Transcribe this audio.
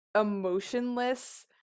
emotionless